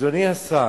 אדוני השר,